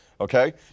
okay